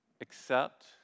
Accept